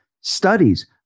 studies